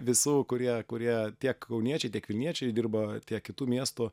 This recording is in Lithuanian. visų kurie kurie tiek kauniečiai tiek vilniečiai dirba tiek kitų miestų